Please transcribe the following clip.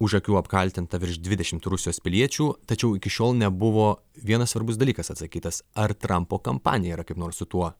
už akių apkaltinta virš dvidešimt rusijos piliečių tačiau iki šiol nebuvo vienas svarbus dalykas atsakytas ar trampo kampanija yra kaip nors su tuo